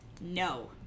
No